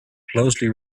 closely